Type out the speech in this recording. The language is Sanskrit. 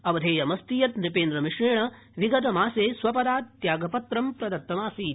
अवधेयमस्ति यत् नृपेन्द्रमिश्रेण विगत मासे स्वपदात् त्यागपत्रं प्रदत्तमासीत्